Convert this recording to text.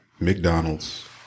McDonald's